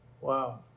Wow